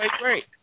great